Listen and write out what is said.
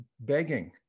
begging